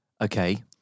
Okay